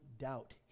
doubt